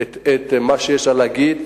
את מה שיש לה להגיד,